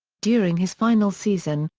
during his final season,